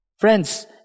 Friends